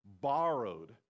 borrowed